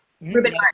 Ruben